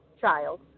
child